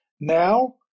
Now